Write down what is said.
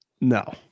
No